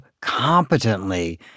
competently